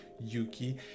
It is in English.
Yuki